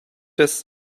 des